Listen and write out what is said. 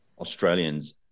Australians